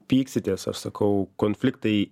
pyksitės aš sakau konfliktai